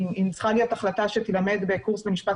אם צריכה להיות החלטה שתילמד בקורס למשפט